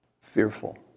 Fearful